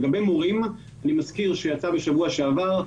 לגבי מורים, אני מזכיר שיצאה בשבוע שעבר,